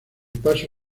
paso